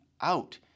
out